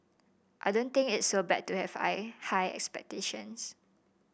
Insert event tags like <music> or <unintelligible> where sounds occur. I don't think it's so bad to have <unintelligible> high expectations